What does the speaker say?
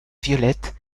violettes